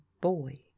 boy